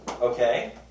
Okay